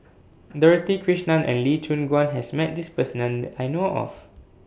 Dorothy Krishnan and Lee Choon Guan has Met This Person that I know of